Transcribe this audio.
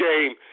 game